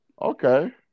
Okay